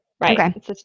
Right